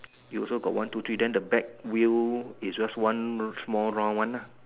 you also got one two three then the back wheel is just one small round one lah